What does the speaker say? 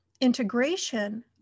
integration